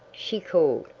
she called,